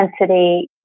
intensity